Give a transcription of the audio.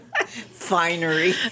finery